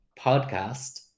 podcast